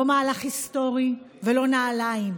לא מהלך היסטורי ולא נעליים.